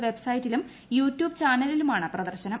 വെബ്സൈറ്റിലും യൂട്യൂബ് ചാനലിലുമാണ് പ്രദർശനം